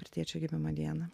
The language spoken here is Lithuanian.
ir tėčio gimimo dieną